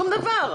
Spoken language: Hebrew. שום דבר.